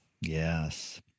Yes